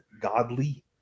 godly